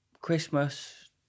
Christmas